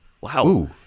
Wow